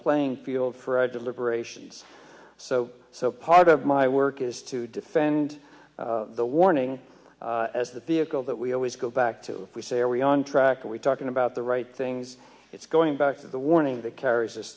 playing field for our deliberations so so part of my work is to defend the warning as the vehicle that we always go back to we say are we on track are we talking about the right things it's going back to the warning that carries